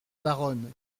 baronne